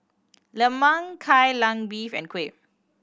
lemang Kai Lan Beef and kuih